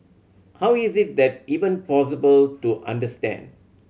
how is this that even possible to understand